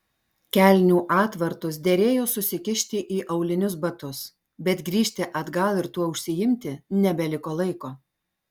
kelnių atvartus derėjo susikišti į aulinius batus bet grįžti atgal ir tuo užsiimti nebeliko laiko